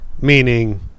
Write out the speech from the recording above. meaning